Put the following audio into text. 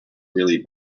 really